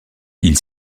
ils